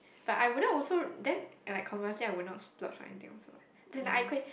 but I wouldn't also then like conversely I will not splurge on anything also [what] then I could have